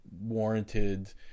warranted